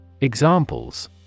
Examples